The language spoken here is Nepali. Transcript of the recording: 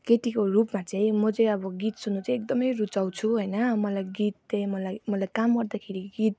केटीको रुपमा चाहिँ म चाहिँ अब गीत सुन्नु चाहिँ एकदमै रुचाउँछु होइन मलाई गीत चाहिँ मलाई मलाई काम गर्दाखेरि गीत